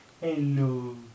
Hello